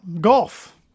golf